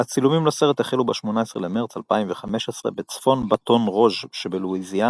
הצילומים לסרט החלו ב-18 במרץ 2015 בצפון באטון רוז' שבלואיזיאנה,